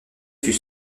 fut